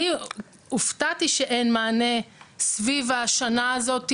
אני הופתעתי שאין מענה סביב השנה הזאת,